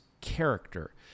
character